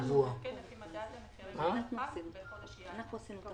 לפי מדד המחירים לצרכן בחודש ינואר.